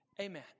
Amen